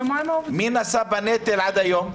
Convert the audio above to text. מי נשא בנטל עד היום?